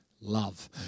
Love